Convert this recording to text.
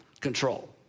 control